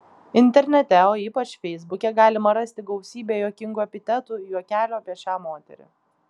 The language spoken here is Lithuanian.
internete o ypač feisbuke galima rasti gausybę juokingų epitetų juokelių apie šią moterį